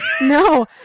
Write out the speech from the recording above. No